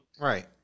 right